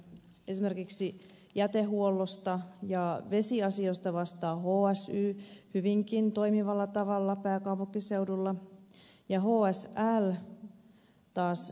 esimerkiksi jätehuollosta ja vesiasioista vastaa hsy hyvinkin toimivalla tavalla pääkaupunkiseudulla joukkoliikenteestä taas hsl